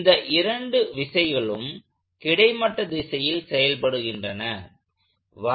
இந்த இரண்டு விசைகளும் கிடைமட்ட திசையில் செயல்படுகைனெ்றன